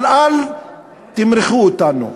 אבל אל תמרחו אותנו.